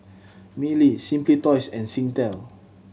Mili Simply Toys and Singtel